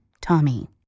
Tommy